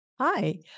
Hi